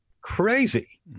crazy